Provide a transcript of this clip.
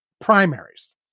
primaries